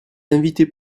invités